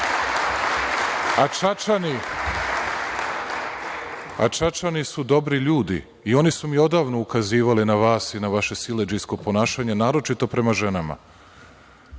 a Čačani su dobri ljudi i oni su mi odavno ukazivali na vas i na vaše siledžijsko ponašanje, naročito prema ženama.